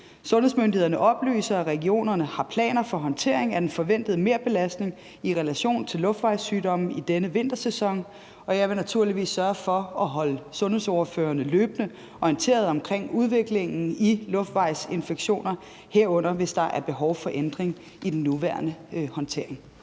Sundhedsmyndighederne oplyser, at regionerne har planer for håndteringen af den forventede merbelastning i relation til luftvejssygdomme i denne vintersæson, og jeg vil naturligvis sørge for at holde sundhedsordførerne løbende orienteret omkring udviklingen i luftvejsinfektioner, herunder hvis der er behov for ændring i den nuværende håndtering.